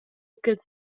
ch’els